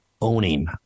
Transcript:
owning